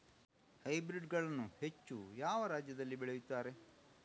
Hybrid ಗಳನ್ನು ಹೆಚ್ಚು ಯಾವ ರಾಜ್ಯದಲ್ಲಿ ಬೆಳೆಯುತ್ತಾರೆ?